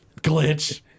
Glitch